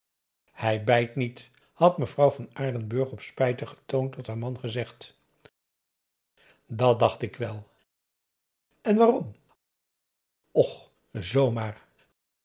hij bijt niet had mevrouw van aardenburg op spijtigen toon tot haar man gezegd dat dacht ik wel en waarom och